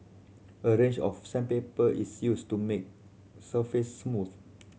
a range of sandpaper is used to make surface smooth